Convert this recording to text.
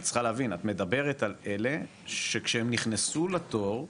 את צריכה להבין על אלה שכשהם נכנסו לתור,